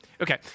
Okay